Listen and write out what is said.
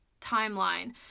timeline